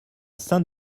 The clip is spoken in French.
saint